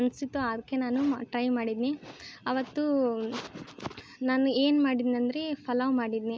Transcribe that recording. ಅನ್ನಿಸಿತು ಅದಕ್ಕೆ ನಾನೂ ಮ ಟ್ರೈ ಮಾಡಿದ್ನಿ ಆವತ್ತು ನಾನು ಏನು ಮಾಡಿದ್ನಿ ಅಂದ್ರೆ ಪಲಾವು ಮಾಡಿದ್ನಿ